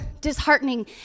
disheartening